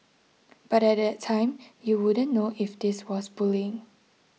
but at that time you wouldn't know if this was bullying